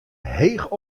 heech